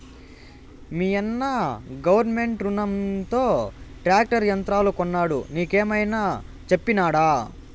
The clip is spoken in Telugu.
మీయన్న గవర్నమెంట్ రునంతో ట్రాక్టర్ యంత్రాలు కొన్నాడు నీకేమైనా చెప్పినాడా